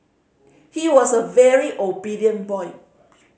he was a very obedient boy